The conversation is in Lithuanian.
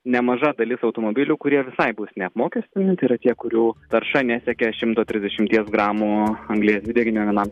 nemaža dalis automobilių kurie visai bus neapmokestinami tai yra tie kurių tarša nesiekia šimto trisdešimties gramų anglies dvideginio vienam